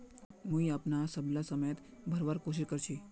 मुई अपनार सबला समय त भरवार कोशिश कर छि